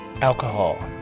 alcohol